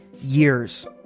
years